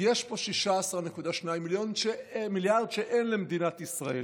יש פה 16.2 מיליארד שאין למדינת ישראל,